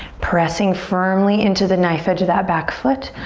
pressing firmly into the knife edge of that back foot.